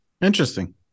Interesting